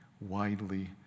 widely